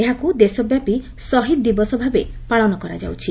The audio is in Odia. ଏହାକୁ ଦେଶବ୍ୟାପୀ ଶହୀଦ ଦିବସ ଭାବେ ପାଳନ କରାଯାଉଛି